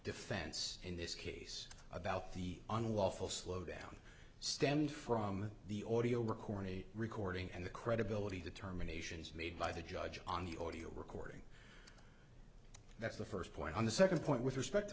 defense in this case about the unlawful slowdown stemmed from the ordeal record of the recording and the credibility determinations made by the judge on the audio recording that's the first point on the second point with respect to